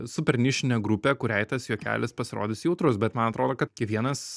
super nišinė grupė kuriai tas juokelis pasirodys jautrus bet man atrodo kad kiekvienas